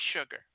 sugar